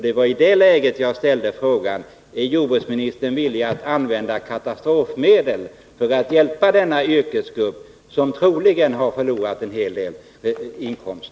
Det var i det läget som jag ställde frågan: Är jordbruksministern villig att använda katastrofmedel för att hjälpa denna yrkesgrupp som troligen har förlorat en hel del i inkomst?